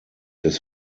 des